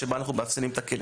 זאת המטרה של הדיון,